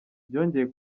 byongeye